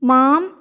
Mom